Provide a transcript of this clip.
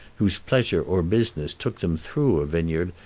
whose pleasure or business took them through a vineyard,